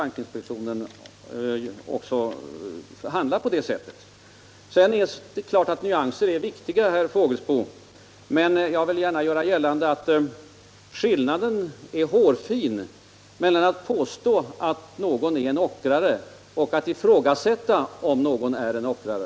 Nyanser är alltid viktiga, herr Fågelsbo, och jag vill göra gällande att skillnaden är hårfin mellan att påstå att någon är en ockrare och att ifrågasätta om någon är en ockrare.